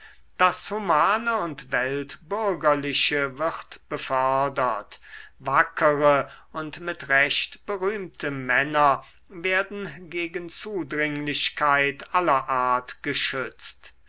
das humane und weltbürgerliche wird befördert wackere und mit recht berühmte männer werden gegen zudringlichkeit aller art geschützt